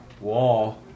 wall